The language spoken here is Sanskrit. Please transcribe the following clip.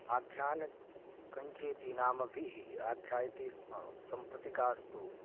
आख्यानकञ्चेति नामभिः आख्यायते स्म साम्प्रतिकास्तु